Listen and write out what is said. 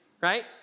right